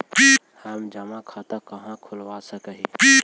हम जमा खाता कहाँ खुलवा सक ही?